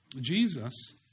Jesus